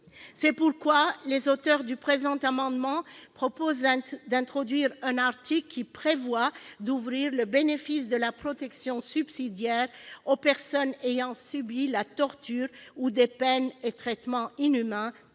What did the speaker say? C'est pourquoi les auteurs du présent amendement proposent d'introduire dans le texte un article prévoyant d'ouvrir le bénéfice de la protection subsidiaire aux personnes ayant subi la torture ou des peines et traitements inhumains